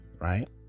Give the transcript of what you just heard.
Right